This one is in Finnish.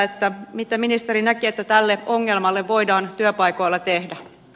mitä ministeri näkee että tälle ongelmalle voidaan työpaikoilla tehdä